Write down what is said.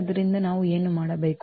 ಆದ್ದರಿಂದ ನಾವು ಏನು ಮಾಡಬೇಕು